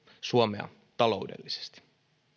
suomea taloudellisesti